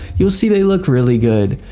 you'll see they look really good.